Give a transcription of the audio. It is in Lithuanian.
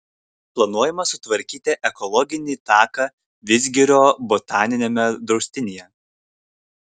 planuojama sutvarkyti ekologinį taką vidzgirio botaniniame draustinyje